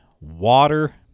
water